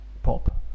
Pop